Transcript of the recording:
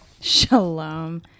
Shalom